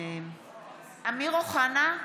אמיר אוחנה,